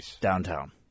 downtown